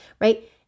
right